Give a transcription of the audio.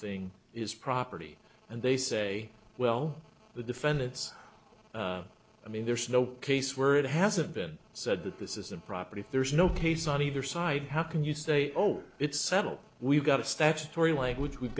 thing is property and they say well the defendants i mean there's no case where it hasn't been said that this isn't property if there is no case on either side how can you say oh it's settled we've got a statutory language we've